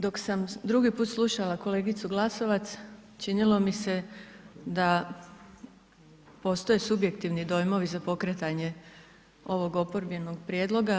Dok sam drugi put slušala kolegicu Glasovac, činilo mi se da postoje subjektivni dojmovi za pokretanje ovog oporbenog prijedloga.